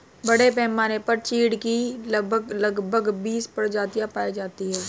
बड़े पैमाने पर चीढ की लगभग बीस प्रजातियां पाई जाती है